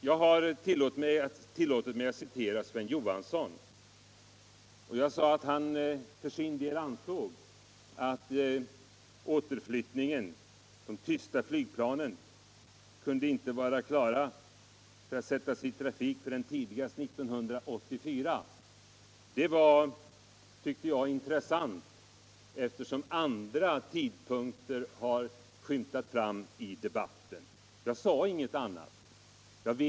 Jag har också tillåtit mig att citera Sven Johansson, och jag sade att han för sin del ansåg att de tysta flygplanen inte kunde vara klara för att sättas i trafik förrän tidigast 1984. Det var intressant, tyckte jag, eftersom andra tidpunkter har skymtat fram i debatten. Det var inget annat jag sade.